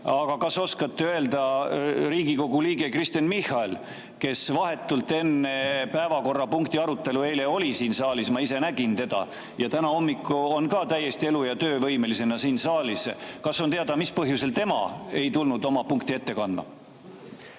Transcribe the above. Aga kas oskate öelda Riigikogu liikme Kristen Michali kohta, kes vahetult enne päevakorrapunkti arutelu eile oli siin saalis, ma ise nägin teda, ja täna hommikul on ka täiesti elu‑ ja töövõimelisena siin saalis? Kas on teada, mis põhjusel tema ei tulnud oma punkti ette kandma?